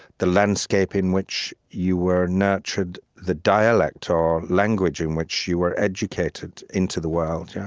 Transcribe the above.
the landscape in which you were nurtured, the dialect or language in which you were educated into the world, yeah